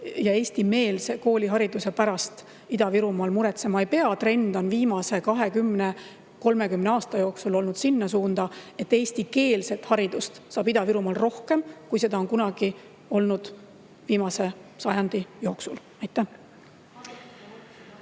ja eestimeelse koolihariduse pärast Ida-Virumaal muretsema ei pea. Trend on viimase 20–30 aasta jooksul olnud sinna suunda, et eestikeelset haridust saab Ida-Virumaal rohkem, kui seda on kunagi olnud viimase sajandi jooksul. (Riina